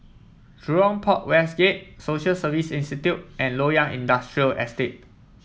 Jurong Port West Gate Social Service Institute and Loyang Industrial Estate